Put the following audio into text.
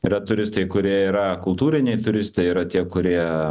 yra turistai kurie yra kultūriniai turistai yra tie kurie